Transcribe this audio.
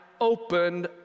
opened